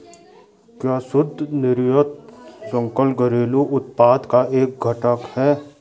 क्या शुद्ध निर्यात सकल घरेलू उत्पाद का एक घटक है?